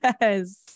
Yes